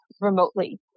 remotely